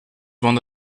one